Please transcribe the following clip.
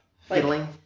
fiddling